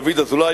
דוד אזולאי,